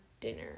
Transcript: dinner